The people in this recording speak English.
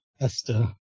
ESTA